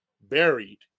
Buried